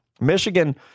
Michigan